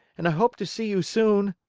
and i hope to see you soon.